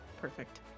Perfect